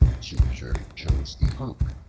jupiter chose the oak,